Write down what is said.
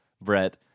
Brett